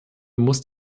muss